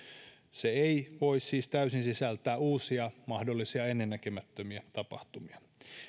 se ei voi siis täysin sisältää uusia mahdollisia ennennäkemättömiä tapahtumia